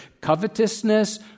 covetousness